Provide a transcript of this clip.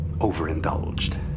overindulged